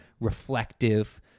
reflective